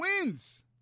wins